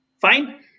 fine